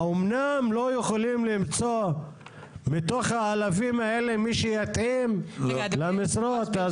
האמנם לא יכולים למצוא מתוך האלפים האלה מי שיתאים למשרות?